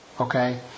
okay